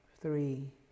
three